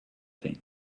things